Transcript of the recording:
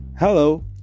Hello